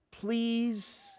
Please